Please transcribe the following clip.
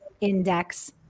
index